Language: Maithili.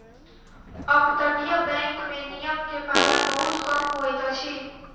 अपतटीय बैंक में नियम के पालन बहुत कम होइत अछि